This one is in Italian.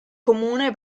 comune